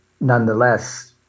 nonetheless